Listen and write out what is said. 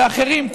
ואחרים,